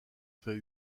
fait